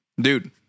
Dude